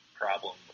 problem